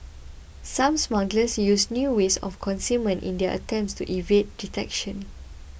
some smugglers used new ways of concealment in their attempts to evade detection